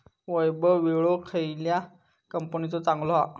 वैभव विळो खयल्या कंपनीचो चांगलो हा?